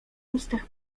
ustach